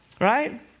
right